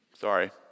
Sorry